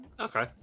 Okay